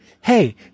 Hey